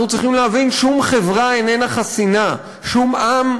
אנחנו צריכים להבין: שום חברה איננה חסינה,